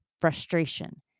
Frustration